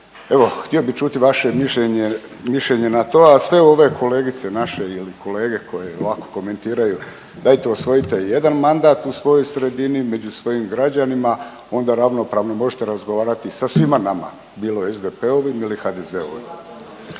htio bih čuti vaše mišljenje na to, a sve ove kolegice naše i kolege koji ovako komentiraju dajte osvojite jedan mandat u svojoj sredini među svojim građanima, onda ravnopravno možete razgovarati sa svima nama bilo SDP-ovim ili HDZ-ovim.